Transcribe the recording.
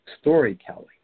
storytelling